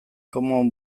common